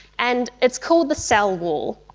and it's called the cell wall.